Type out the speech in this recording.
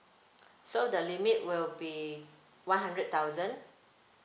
so the limit will be one hundred thousand